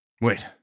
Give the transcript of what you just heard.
Wait